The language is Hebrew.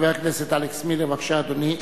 חבר הכנסת אלכס מילר, בבקשה, אדוני.